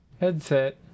headset